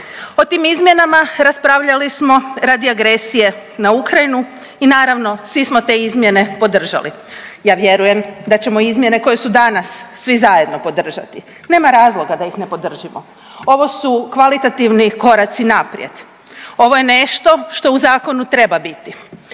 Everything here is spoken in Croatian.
O tim izmjenama raspravljali smo radi agresije na Ukrajinu i naravno svi smo te izmjene podržali. Ja vjerujem da ćemo izmjene koje su danas svi zajedno podržati. Nema razloga da ih ne podržimo. Ovo su kvalitativni koraci naprijed. Ovo je nešto što u zakonu treba biti.